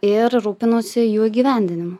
ir rūpinuosi jų įgyvendinimu